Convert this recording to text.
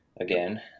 again